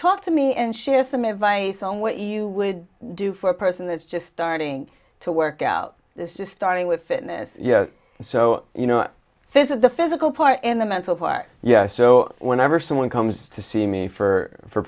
talk to me and she has some advice on what you would do for a person that's just starting to work out this is starting with fitness yes so you know visit the physical part in the mental part yes so whenever someone comes to see me for for